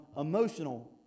emotional